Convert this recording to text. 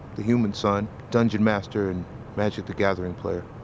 the human son, dungeon master, and magic the gathering player.